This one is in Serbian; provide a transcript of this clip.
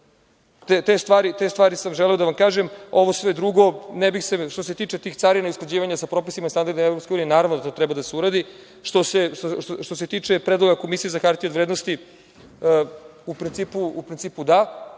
Te stvari sam želeo da vam kažem. Ovo sve drugo, što se tiče tih carina i usklađivanja sa propisima i standardima EU, naravno da to treba da se uradi. Što se tiče predloga Komisije za hartije od vrednosti, u principu da.